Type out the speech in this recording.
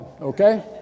okay